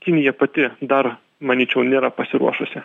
kinija pati dar manyčiau nėra pasiruošusi